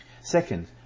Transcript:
Second